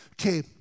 okay